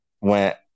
went